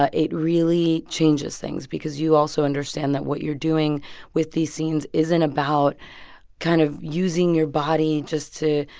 ah it really changes things because you also understand that what you're doing with these scenes isn't about kind of using your body just to,